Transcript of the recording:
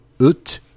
Ut